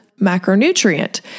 macronutrient